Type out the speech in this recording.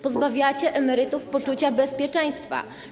Pozbawiacie emerytów poczucia bezpieczeństwa.